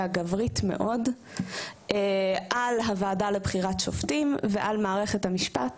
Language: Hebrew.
גברית מאוד על הוועדה לבחירת שופטים ועל מערכת המשפט,